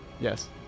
Yes